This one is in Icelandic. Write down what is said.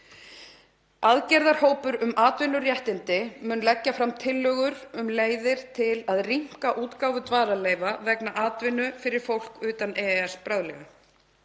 Aðgerðahópur um atvinnuréttindi mun bráðlega leggja fram tillögur um leiðir til að rýmka útgáfu dvalarleyfa vegna atvinnu fyrir fólk utan EES.